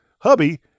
Hubby